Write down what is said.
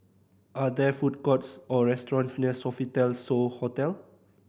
are there food courts or restaurants near Sofitel So Hotel